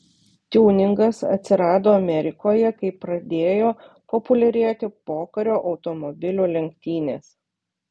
tiuningas atsirado amerikoje kai pradėjo populiarėti pokario automobilių lenktynės